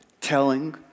telling